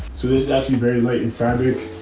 so this is actually very late in fabric.